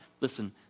Listen